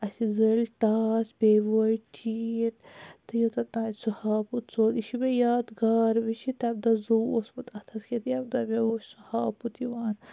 اَسہِ زٲلۍ ٹاس بیٚیہِ وویۍ ٹین تہٕ یوٚتن تانۍ سُہ ہاپُت ژوٚل یہِ چھُ مےٚ یاد گار مےٚ چھُ تَمہِ دۄہ زو اوسمُت اَتھَس کیٚتھ ییٚمہِ دۄہ مےٚ وُچھ سُہ ہاپُت یِوان